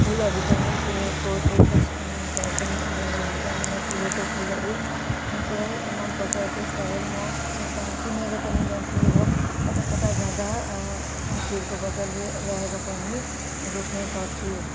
फुलहरू पनि फुलेको देख्दा सा घर पनि उज्यालो हुन्छ मलाई फुलेको फुलहरू पुरै मनपर्छ त्यसकारण म गा किनेर पनि ल्याउँछु र कता कता जाँदा साथीहरूकोबाट ले ल्याएर पनि रोप्ने गर्छु